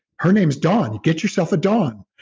her name is dawn, get yourself a dawn.